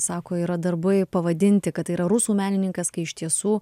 sako yra darbai pavadinti kad tai yra rusų menininkas kai iš tiesų